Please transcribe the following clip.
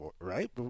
right